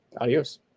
Adios